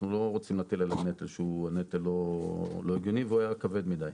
אנחנו לא רוצים להטיל עליהן נטל שהוא לא הגיוני והוא היה כבד מידי.